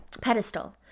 pedestal